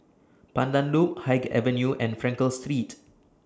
Pandan Loop Haig Avenue and Frankel Street